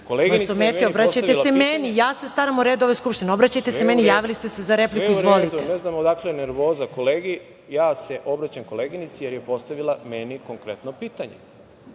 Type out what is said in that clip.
Koleginica je meni postavila pitanje,